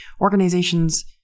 organizations